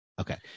okay